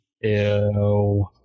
Ew